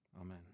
Amen